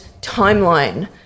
timeline